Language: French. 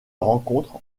rencontre